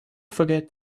forget